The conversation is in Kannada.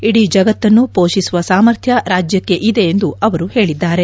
ಇಡೀ ಜಗತ್ತನ್ನು ಪೋಷಿಸುವ ಸಾಮರ್ಥ್ಯ ರಾಜ್ಯಕ್ಕೆ ಇದೆ ಎಂದು ಅವರು ಹೇಳಿದ್ದಾರೆ